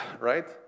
right